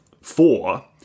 four